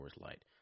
Light